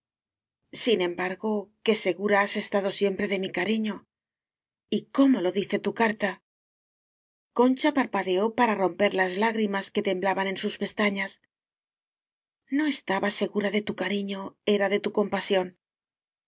sin embargo qué segura has estado siem pre de mi cariño y cómo lo dice tu carta concha parpadeó para romper las lágri mas que temblaban en sus pestañas hlo estaba segura de tu cariño era de tu